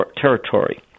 territory